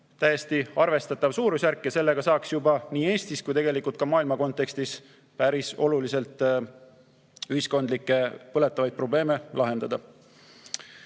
täiesti arvestatav suurusjärk. Sellega saaks juba nii Eestis kui ka maailma kontekstis päris oluliselt ühiskondlikke põletavaid probleeme lahendada.